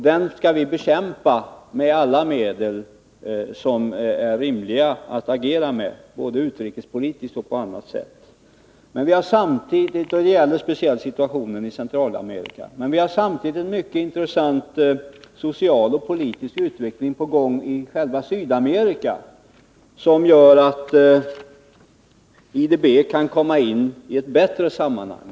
Den skall vi bekämpa med alla medel som är rimliga att agera med, både utrikespolitiskt och på annat sätt. Det pågår samtidigt, och det gäller speciellt situationen i Centralamerika, en mycket intressant social och politisk utveckling i själva Sydamerika som gör att IDB kan komma in i ett bättre sammanhang.